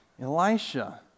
Elisha